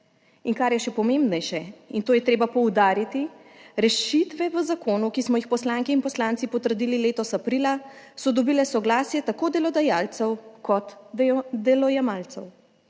In kar je še pomembnejše in to je treba poudariti, rešitve v zakonu, ki smo jih poslanke in poslanci potrdili letos aprila, so dobile soglasje tako delodajalcev kot delojemalcev.